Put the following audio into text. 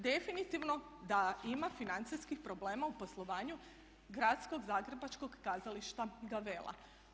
Definitivno da ima financijskih problema u poslovanju Gradskog zagrebačkog kazališta Gavela.